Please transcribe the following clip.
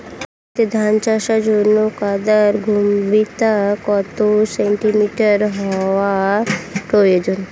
জমিতে ধান চাষের জন্য কাদার গভীরতা কত সেন্টিমিটার হওয়া প্রয়োজন?